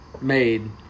made